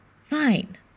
Fine